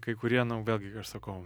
kai kurie nu vėlgi aš sakau